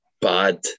bad